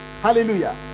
Hallelujah